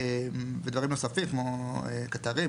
ודברים נוספים כמו קטרים,